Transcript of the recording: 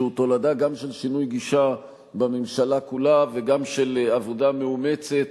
זו תולדה גם של שינוי גישה בממשלה כולה וגם של עבודה מאומצת